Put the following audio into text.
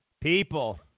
people